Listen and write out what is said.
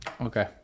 Okay